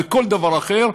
בכל דבר אחר,